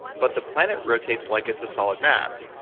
but the planet rotates like it's a solid mass.